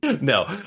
No